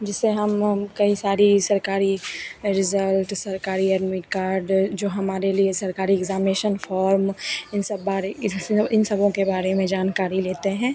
जिसे हम हम कई सारी सरकारी रिज़ल्ट सरकारी एडमिट कार्ड जो हमारे लिए सरकारी इग्ज़ामिनेशन फ़ॉर्म इन सब बारे इन सब के बारे में जानकारी लेते हैं